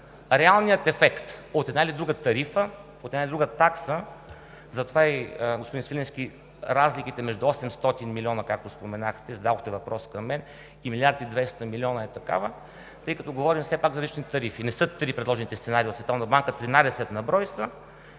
реалния ефект от една или друга тарифа, от една или друга такса. Затова, господин Свиленски, разликите между 800 милиона, както споменахте, зададохте въпрос към мен, и милиард и 200 милиона е такава, тъй като говорим все пак за различните тарифи. Не са три предложените сценарии от Световната